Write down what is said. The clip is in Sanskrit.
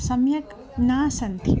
सम्यक् न सन्ति